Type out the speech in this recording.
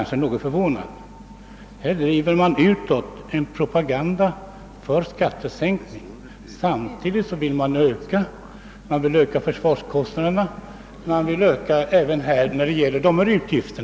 Samtidigt med skattesänkningar vill man öka försvarskostnaderna, och man vill också öka dessa utgifter för stöd åt jordbruket.